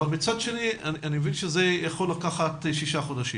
אבל מצד שני אני מבין שזה יכול לקחת שישה חודשים,